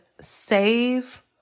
save